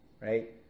Right